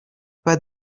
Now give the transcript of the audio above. pas